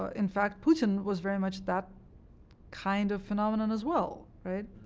ah in fact, putin was very much that kind of phenomenon as well, right?